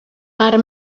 per